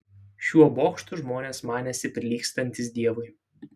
šiuo bokštu žmonės manėsi prilygstantys dievui